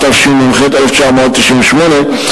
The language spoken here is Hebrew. התשנ"ח 1998,